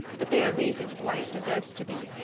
but there are reasons why it deserves to be,